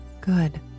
good